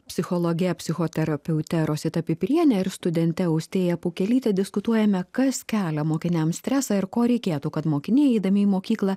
psichologe psichoterapeute rosita pipirienė ir studente austėja pukelytė diskutuojame kas kelia mokiniam stresą ir ko reikėtų kad mokiniai eidami į mokyklą